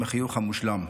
עם החיוך המושלם.